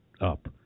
up